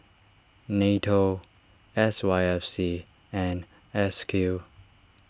Nato S Y F C and S Q